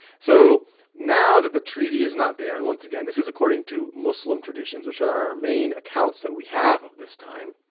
so now that the treaty is not there, and once again, this is according to muslim traditions, which are our main accounts that we have of this time.